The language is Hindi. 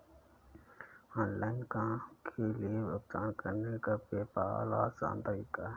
ऑनलाइन काम के लिए भुगतान करने का पेपॉल आसान तरीका है